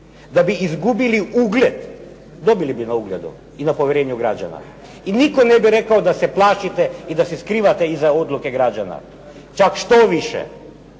Da bi izgubili ugled? Dobili bi na ugledu i na povjerenju građana. I nitko ne bi rekao da se plašite i da se skrivate iza odluke građana, čak štoviše